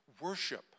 worship